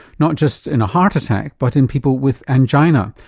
not just in a heart attack but in people with angina,